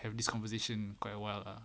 have this conversation quite awhile lah